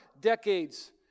decades